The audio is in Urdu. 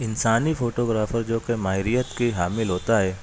انسانی فوٹوگرافر جو کہ ماہریت کی حامل ہوتا ہے